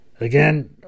Again